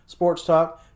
sportstalk